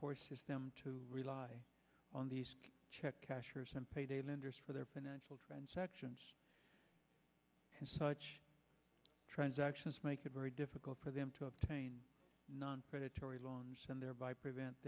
force them to rely on the check cashers and payday lenders for their financial transactions and such transactions make it very difficult for them to obtain non predatory loans and thereby prevent